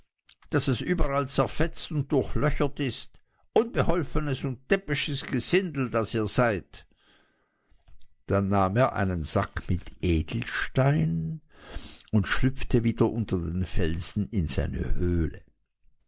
daß es überall zerfetzt und durchlöchert ist unbeholfenes und täppisches gesindel das ihr seid dann nahm er einen sack mit edelsteinen und schlüpfte wieder unter den felsen in seine höhle